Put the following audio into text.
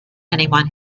anyone